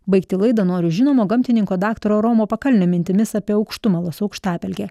baigti laidą noriu žinomo gamtininko daktaro romo pakalnio mintimis apie aukštumalos aukštapelkę